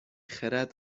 خرد